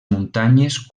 muntanyes